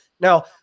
Now